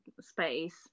space